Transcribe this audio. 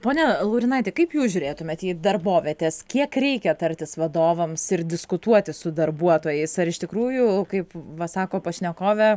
pone laurinaiti kaip jūs žiūrėtumėt į darbovietes kiek reikia tartis vadovams ir diskutuoti su darbuotojais ar iš tikrųjų kaip va sako pašnekovė